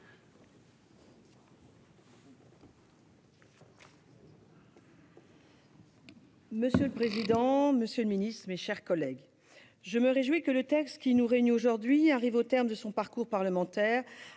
Monsieur le président, monsieur le ministre, mes chers collègues, je me réjouis que le texte qui nous réunit aujourd'hui parvienne au terme de son parcours parlementaire,